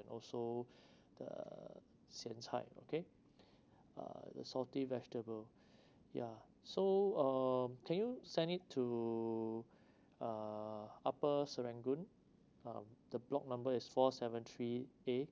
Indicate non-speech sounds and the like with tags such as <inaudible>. and also <breath> the zensai okay <breath> err the salty vegetable <breath> yeah so uh can you send it to uh upper serangoon uh the block numbers is four seven three A